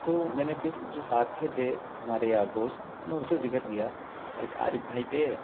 تو میں نے پھر جو ساتھ کے تھے ہمارے یار دوست میں نے ان سے ذکر کیا ایک عارف بھائی تھے